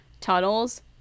tunnels